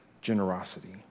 generosity